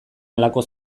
halako